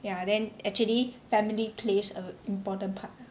ya then actually family plays a important part ah